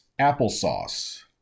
applesauce